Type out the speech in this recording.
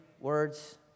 words